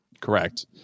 Correct